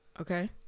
okay